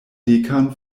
dekan